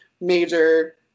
major